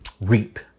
REAP